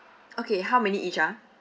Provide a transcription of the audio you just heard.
okay how many each ah